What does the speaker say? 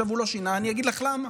הוא לא שינה, ואני אגיד לך למה.